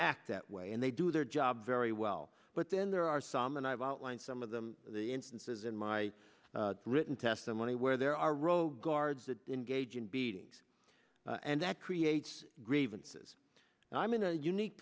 act that way and they do their job very well but then there are some and i've outlined some of them the instances in my written testimony where there are rogue guards that engage in beatings and that creates grievances and i'm in a unique